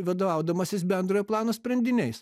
vadovaudamasis bendrojo plano sprendiniais